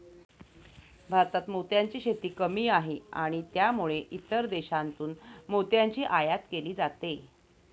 भारतात मोत्यांची शेती कमी आहे आणि त्यामुळे इतर देशांतून मोत्यांची आयात केली जाते